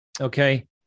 Okay